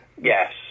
Yes